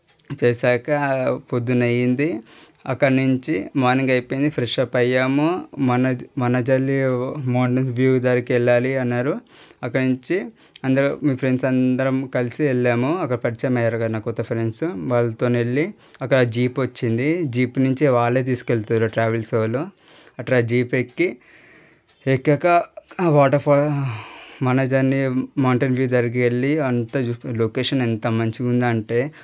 చేసాక పొద్దున అయింది అక్కడి నుంచి మార్నింగ్ అయిపోయింది ఫ్రెష్అప్ అయ్యాము మన వంజంగి మార్నింగ్ వ్యూ దగ్గరికి వెళ్ళాలి అన్నారు అక్కడినుంచి అందరం మీ ఫ్రెండ్స్ అందరం కలిసి వెళ్ళాము అక్కడ పరిచయం అయ్యారు కదా నా కొత్త ఫ్రెండ్స్ వాళ్ళతో వెళ్ళి అక్కడే జీప్ వచ్చింది జీప్ నుంచి వాళ్ళే తీసుకువెళ్తారు ట్రావెల్స్ వాళ్ళు అట్ట జీప్ ఎక్కి ఎక్కాక water falls Vanjangi mountain view దగ్గరికి వెళ్ళి అక్కడ లొకేషన్ ఎంత మంచిగా ఉంది అంటే